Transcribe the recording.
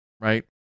right